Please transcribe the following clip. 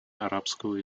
арабского